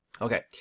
Okay